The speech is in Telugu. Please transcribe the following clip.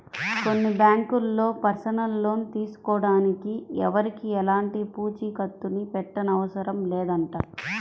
కొన్ని బ్యాంకుల్లో పర్సనల్ లోన్ తీసుకోడానికి ఎవరికీ ఎలాంటి పూచీకత్తుని పెట్టనవసరం లేదంట